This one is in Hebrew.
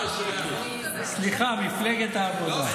סליחה, מפלגת העבודה.